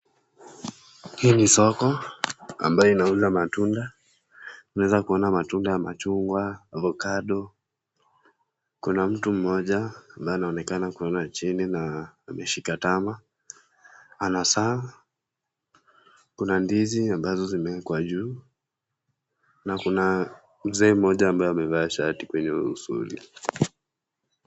Hii ni soko ambaye naona matunda, naweza kuona matunda ya machungwa, avocado, kuna mtu mmoja ambaye anaonekana kuona chini na ameshika tama ana saa, kuna ndizi ambazo zimeekwa juu na kuna mzee mmoja ambaye amevaa shati kwenye uvuli.